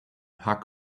hug